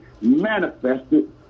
manifested